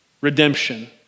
redemption